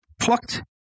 plucked